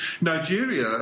Nigeria